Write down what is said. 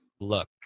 look